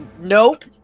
nope